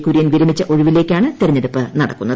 കുര്യൻ വിരമിച്ച ഒഴിവിലേക്കാണ് തെരഞ്ഞെടുപ്പ് നടക്കുന്നത്